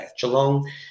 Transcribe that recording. Geelong